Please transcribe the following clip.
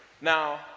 Now